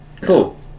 Cool